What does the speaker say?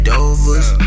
Dover's